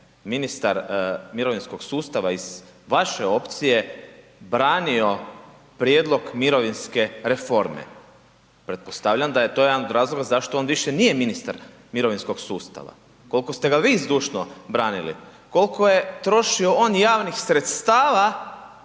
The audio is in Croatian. ministar mirovinskog sustava iz vaše opcije branio prijedlog mirovinske reforme. Pretpostavljam da je to jedan od razloga zašto on više nije ministar mirovinskog sustava. Koliko ste ga vi zdušno branili, koliko je trošio on javnih sredstava